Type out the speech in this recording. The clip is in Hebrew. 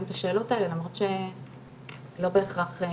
את השאלות האלה למרות שלא בהכרח זה